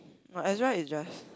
but Ezra is just